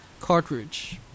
cartridge